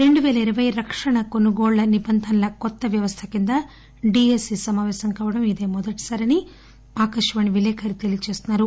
రెండు పేల ఇరవై రక్షణ కొనుగోళ్ల నిబంధనల కొత్త వ్యవస్థ కింద బిఎసి సమాపేశం కావడం ఇదే మొదటిసారి అని ఆకాశవాణి విలేకరిగా తెలియచేస్తున్నారు